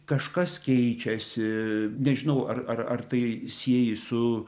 kažkas keičiasi nežinau ar ar ar tai sieji su